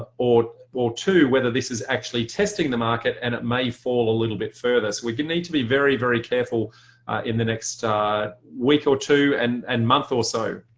ah or or two, whether this is actually testing the market and it may fall a little bit further. need to be very, very careful in the next week or two and and month or so.